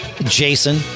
Jason